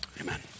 Amen